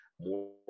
more